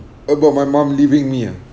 about my mum leaving me ah